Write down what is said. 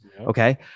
Okay